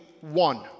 one